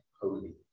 holy